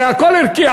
הרי הכול ערכי.